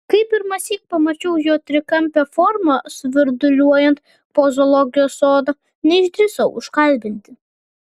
kai pirmąsyk pamačiau jo trikampę formą svirduliuojant po zoologijos sodą neišdrįsau užkalbinti